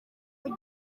kare